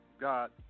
God